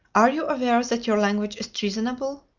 are you aware that your language is treasonable?